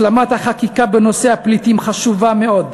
השלמת החקיקה בנושא הפליטים חשובה מאוד,